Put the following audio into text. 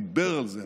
דיבר על זה,